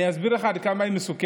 אני אסביר לך עד כמה היא מסוכנת.